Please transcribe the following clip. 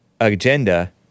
agenda